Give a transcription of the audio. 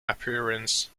appearance